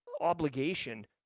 obligation